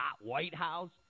.whitehouse